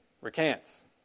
recants